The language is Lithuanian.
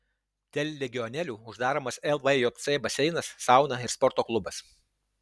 dėl legionelių uždaromas lvjc baseinas sauna ir sporto klubas